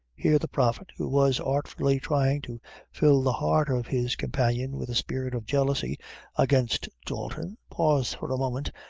here the prophet, who was artfully trying to fill the heart of his companion with a spirit of jealousy against dalton, paused for a moment,